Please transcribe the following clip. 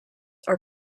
are